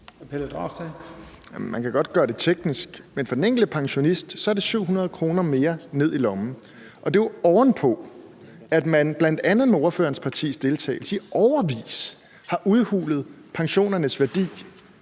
Man kan godt gøre det teknisk, men for den enkelte pensionist er det 700 kr. mere ned i lommen. Og det er jo oven på, at man bl.a. med partilederens partis deltagelse i årevis har udhulet pensionernes værdi,